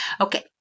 Okay